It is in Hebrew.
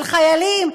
על חיילים,